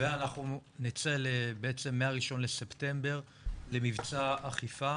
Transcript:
ואנחנו נצא מה-1 בספטמבר למבצע אכיפה